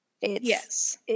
Yes